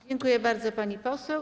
Dziękuję bardzo, pani poseł.